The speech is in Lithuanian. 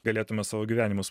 galėtume savo gyvenimus